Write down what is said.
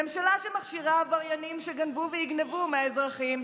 ממשלה שמכשירה עבריינים שגנבו ויגנבו מהאזרחים,